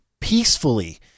peacefully